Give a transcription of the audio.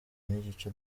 n’igice